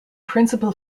principal